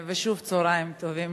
ושוב, צהריים טובים